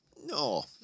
No